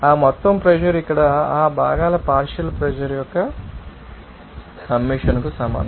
ఆ మొత్తం ప్రెషర్ ఇక్కడ ఆ భాగాల పార్షియల్ ప్రెషర్ యొక్క సమ్మషన్కు సమానం